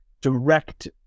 direct